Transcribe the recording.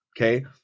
Okay